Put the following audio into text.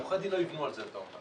שעורכי הדין לא יבנו על זה, אתה אומר.